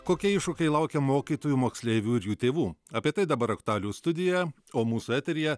kokie iššūkiai laukia mokytojų moksleivių ir jų tėvų apie tai dabar aktualijų studija o mūsų eteryje